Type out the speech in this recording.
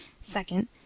second